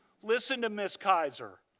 listen to ms. kaiser.